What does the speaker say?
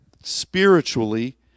spiritually